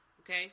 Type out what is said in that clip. Okay